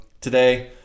Today